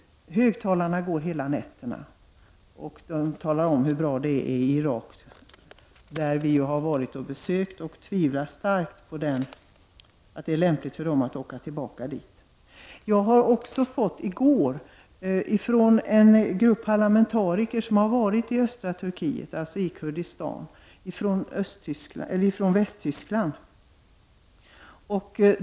Högtalarna går hela nätterna, och där talas om hur bra det är i Irak. Vi har ju varit på besök där, och jag tvivlar starkt på att det är lämpligt för dem att åka tillbaka dit. Jag fick i går en rapport från en grupp parlamentariker från Västtyskland som har varit i östra Turkiet, dvs. i Kurdistan.